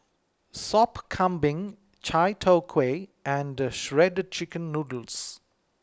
Sop Kambing Chai Tow Kuay and Shredded Chicken Noodles